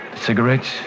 Cigarettes